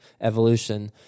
evolution